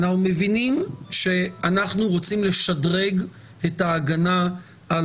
אנחנו מבינים שאנחנו רוצים לשדרג את ההגנה על